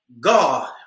God